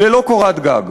ללא קורת גג.